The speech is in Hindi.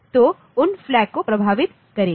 तो उन फ्लैग को प्रभावित करेगी